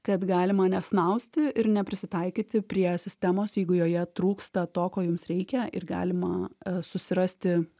kad galima nesnausti ir ne prisitaikyti prie sistemos jeigu joje trūksta to ko jums reikia ir galima susirasti